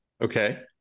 Okay